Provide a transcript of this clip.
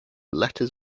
letters